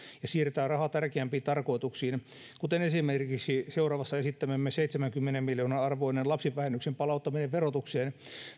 ja siirtää raha tärkeämpiin tarkoituksiin kuten esimerkiksi seuraavassa esittämäämme seitsemänkymmenen miljoonan arvoiseen lapsivähennyksen palauttamiseen verotukseen